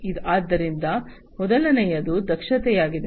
ಆದ್ದರಿಂದ ಮೊದಲನೆಯದು ದಕ್ಷತೆಯಾಗಿದೆ